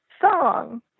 song